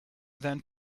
than